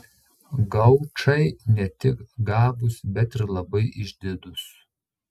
gaučai ne tik gabūs bet ir labai išdidūs